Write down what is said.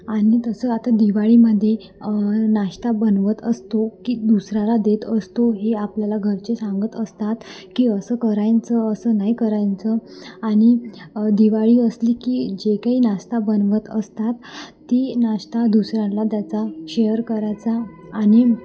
आणि तसं आता दिवाळीमध्ये नाश्ता बनवत असतो की दुसऱ्याला देत असतो हे आपल्याला घरचे सांगत असतात की असं करायचं असं नाही करायचं आणि दिवाळी असली की जे काही नाश्ता बनवत असतात ती नाश्ता दुसऱ्यांला त्याचा शेअर करायचा आणि